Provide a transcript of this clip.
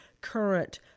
Current